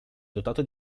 dotato